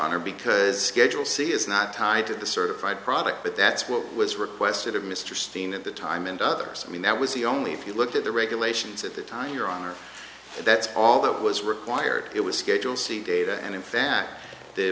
honor because schedule c is not tied to the certified product but that's what was requested of mr seen at that time and others i mean that was the only if you looked at the regulations at the time your honor that's all that was required it was schedule c data and in fact the